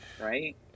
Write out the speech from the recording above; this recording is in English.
Right